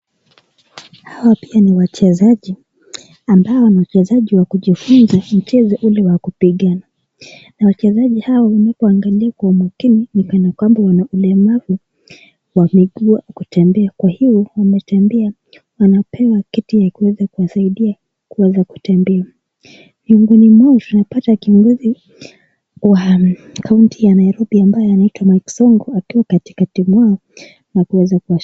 Hawa pia ni wachezaji, ambao ni wachezaji wa kujifunza mchezo ule wa kupigana. Na wachezaji hawa unapoangalia kwa umakini, ni kana kwamba wana ulemavu wa miguu ya kutembea. Kwa hivyo wametengewa, wanapewa kiti ya kuweza kuwasaidia kuweza kutembea. Miongoni mwao tunapata kiongozi wa county ya Nairobi ambaye anaitwa Mike Sonko akiwa katikati mwao na kuweza kuwa.